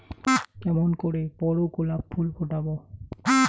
কেমন করে বড় গোলাপ ফুল ফোটাব?